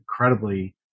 incredibly